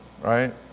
right